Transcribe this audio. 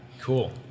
Cool